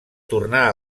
tornar